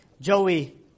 Joey